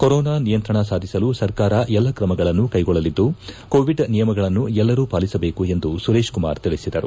corona ನಿಯಂತ್ರಣ ಸಾಧಿಸಲು ಸರ್ಕಾರ ಎಲ್ಲ ಕ್ರಮಗಳನ್ನು ಕೈಗೊಳ್ಳಲಿದ್ದು ಕೋವಿಡ್ ನಿಯಮಗಳನ್ನು ಎಲ್ಲರೂ ಪಾಲಿಸಬೇಕು ಎಂದು ಸುರೇಶ್ ಕುಮಾರ್ ತಿಳಿಸಿದರು